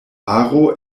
aro